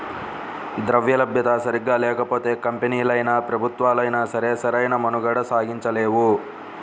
ద్రవ్యలభ్యత సరిగ్గా లేకపోతే కంపెనీలైనా, ప్రభుత్వాలైనా సరే సరైన మనుగడ సాగించలేవు